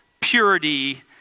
purity